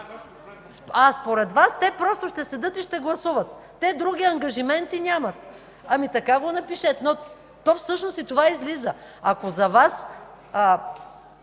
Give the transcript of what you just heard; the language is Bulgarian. А, според Вас те просто ще седят и ще гласуват. Те други ангажименти нямат. Ами така го напишете. Всъщност и това излиза. Ако за Вас